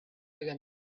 again